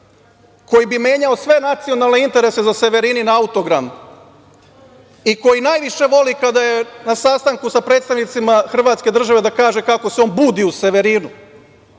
koji bi menjao sve nacionalne interese za Severinin autogram i koji najviše voli kada je na sastanku sa predstavnicima hrvatske države da kaže kako se on budi uz Severinu,